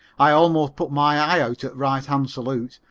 i almost put my eye out at right hand salute.